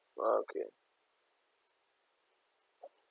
ah okay